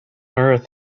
earth